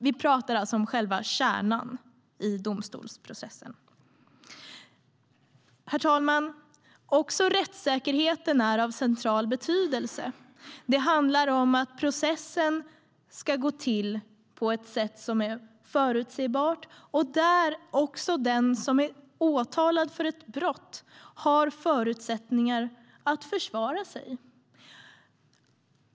Vi talar alltså om själva kärnan i domstolsprocessen. Herr ålderspresident! Även rättssäkerheten är av central betydelse. Processen ska gå till på ett förutsägbart sätt. Och den som är åtalad för ett brott ska också ha förutsättningar att försvara sig.